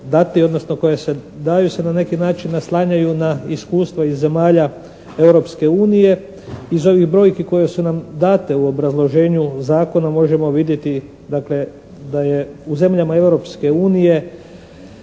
koja se, daju se na neki način naslanjaju na iskustva iz zemalja Europske unije. Iz ovih brojki koje su nam date u obrazloženju zakona možemo vidjeti dakle da je u zemljama